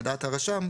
לדעת הרשם,